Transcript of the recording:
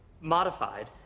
modified